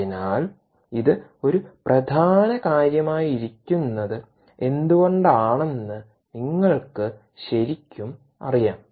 അതിനാൽ ഇത് ഒരു പ്രധാന കാര്യമായിരിക്കുന്നത് എന്തുകൊണ്ടാണെന്ന് നിങ്ങൾക്ക് ശരിക്കും അറിയാം